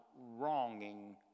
wronging